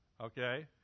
okay